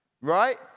Right